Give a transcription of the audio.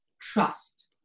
trust